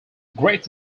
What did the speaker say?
great